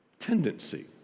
tendency